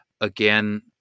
Again